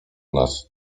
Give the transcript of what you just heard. nas